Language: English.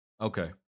Okay